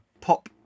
pop